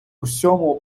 усьому